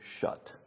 shut